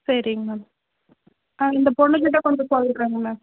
சரிங்க மேம் ஆ இந்த பொண்ணுகிட்டே கொஞ்சம் சொல்கிறேங்க மேம்